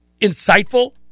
insightful